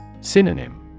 Synonym